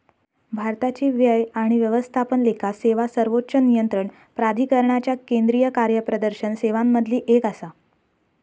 भारताची व्यय आणि व्यवस्थापन लेखा सेवा सर्वोच्च नियंत्रण प्राधिकरणाच्या केंद्रीय कार्यप्रदर्शन सेवांमधली एक आसा